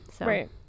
right